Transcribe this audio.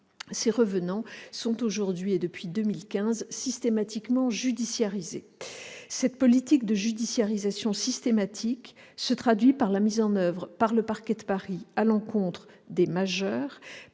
ces « revenants » sont systématiquement « judiciarisés ». Cette politique de judiciarisation systématique se traduit par la mise en oeuvre, par le parquet de Paris à l'encontre des majeurs,